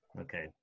Okay